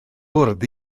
bwrdd